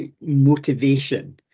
motivation